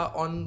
on